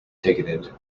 ticketed